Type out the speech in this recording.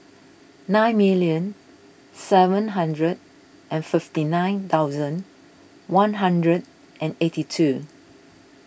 five million seven hundred and fifty nine thousand one hundred and eighty two